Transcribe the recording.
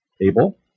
Abel